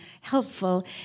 helpful